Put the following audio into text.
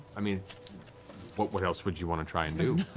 i mean what what else would you want to try and do?